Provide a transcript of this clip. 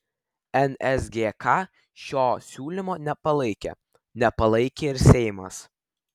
nsgk šio siūlymo nepalaikė nepalaikė ir seimas